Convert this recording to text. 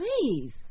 please